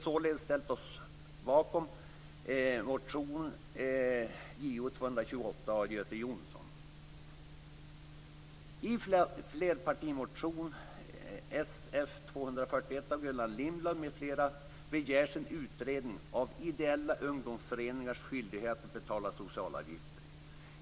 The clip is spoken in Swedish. Således står vi bakom motion 1997 98:Sf241 av Gullan Lindblad m.fl. begärs en utredning av ideella ungdomsföreningars skyldighet att betala socialavgifter.